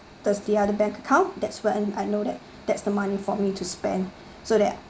that's the other bank account that's when I know that that's the money for me to spend so that